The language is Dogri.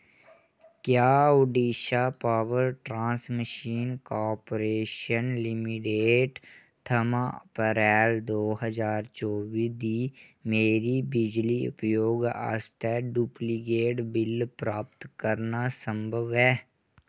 क्या Odisha power transmission corporation limited थमां अप्रैल दो ज्हार चौबी दी मेरी बिजली उपयोग आस्तै डुप्लिकेट बिल प्राप्त करना संभव ऐ